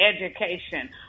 education